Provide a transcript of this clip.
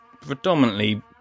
predominantly